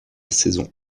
saison